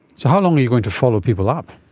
so how long are you going to follow people up?